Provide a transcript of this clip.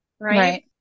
Right